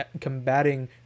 combating